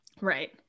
right